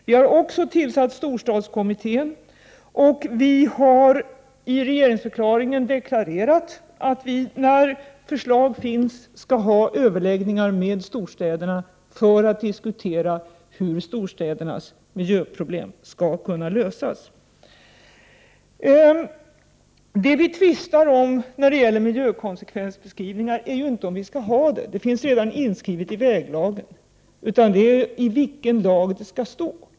Vi har också tillsatt storstadskommittén, och vi har i regeringsförklaringen deklarerat att vi, när förslag finns, skall ha överläggningar med storstäderna för att diskutera hur storstädernas miljöproblem skall kunna lösas. Det vi tvistar om när det gäller miljökonsekvensbeskrivningar är ju inte om vi skall ha sådana — det finns redan inskrivet i väglagen — utan i vilken lag som det skall stå.